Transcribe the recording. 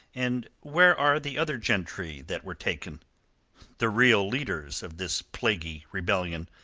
and where are the other gentry that were taken the real leaders of this plaguey rebellion.